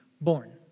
born